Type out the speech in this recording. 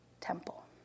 temple